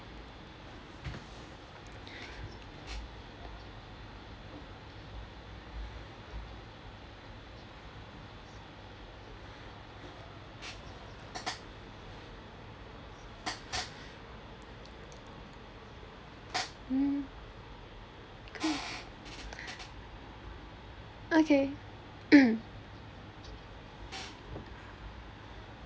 mm good okay